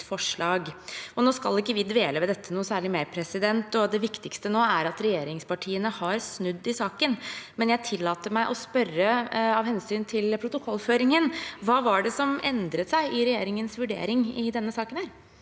Nå skal ikke vi dvele ved dette noe særlig mer, det viktigste nå er at regjeringspartiene har snudd i saken, men jeg tillater meg å spørre, av hensyn til protokollføringen: Hva var det som endret seg i regjeringens vurdering i denne saken?